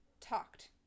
Talked